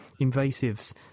invasives